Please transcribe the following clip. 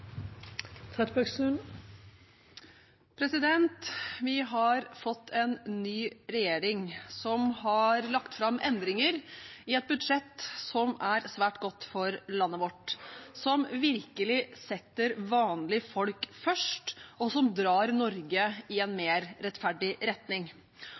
budsjettene. Vi har fått en ny regjering som har lagt fram endringer i et budsjett som er svært godt for landet vårt, som virkelig setter vanlige folk først, og som drar Norge i en mer rettferdig retning.